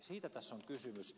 siitä tässä on kysymys